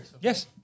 Yes